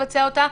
לבצע אותה,